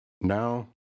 Now